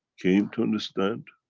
came to understand.